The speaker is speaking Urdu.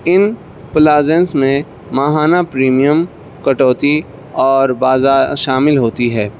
ان پلانس میں ماہانہ پریمیم کٹوتی اور بازار شامل ہوتی ہے